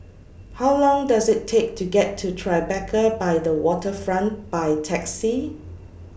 How Long Does IT Take to get to Tribeca By The Waterfront By Taxi